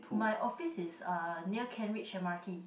my office is uh near Kent Ridge m_r_t